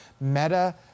Meta